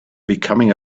becoming